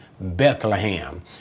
Bethlehem